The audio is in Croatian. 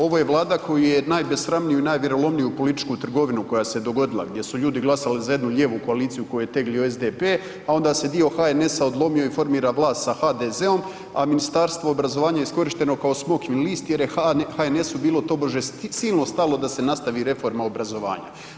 Ovo je vlada koja je najbesramniju i ... političku trgovinu koja se dogodila, gdje su ljudi glasali za jednu lijevu koaliciju, koju je teglio SDP, a onda se dio HNS-a odlomio i formira vlast sa HDZ-om, a Ministarstvo obrazovanja je iskorišteno kao smokvin list jer je HNS-u bilo tobože silno stalo da se nastavi reforma obrazovanja.